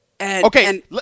Okay